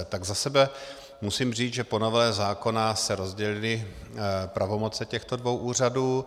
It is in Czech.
Tak za sebe musím říct, že po novele zákona se rozdělily pravomoce těchto dvou úřadů.